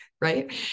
right